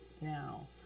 now